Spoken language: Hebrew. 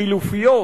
חלופיות,